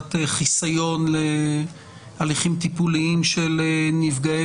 סוגיית חיסיון להליכים טיפוליים של נפגעי